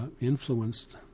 influenced